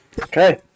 Okay